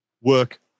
work